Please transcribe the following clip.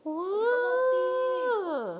!wah!